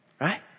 right